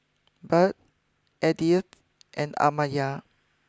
Budd Edythe and Amaya